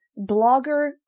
blogger